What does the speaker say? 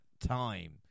time